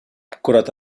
كرة